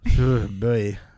Boy